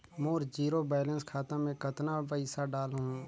मोर zero balance खाता मे कतना पइसा डाल हूं?